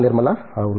నిర్మల అవును